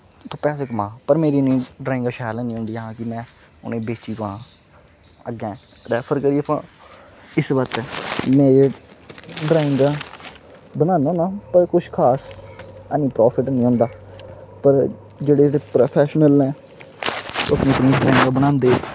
तूं पैसे कमा पर मेरी उसलै इन्नी ड्रांइग शैल नेईं होंदी ही कि में उ'नेंगी बेची पां अग्गें रैफर करियै पां इस वास्तै मेरे ड्रांइग दा बनाना होना पर कुछ खास है नेईं प्रोफिट है निं होंदा पर जेह्ड़े प्रोफेशनल न ओह् ड्राइगां बनांदे